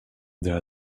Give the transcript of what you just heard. there